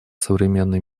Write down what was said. современной